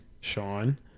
Sean